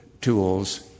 tools